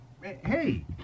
Hey